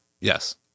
Yes